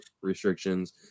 restrictions